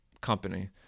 company